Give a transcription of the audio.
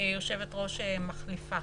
יושבת-ראש מחליפה,